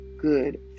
good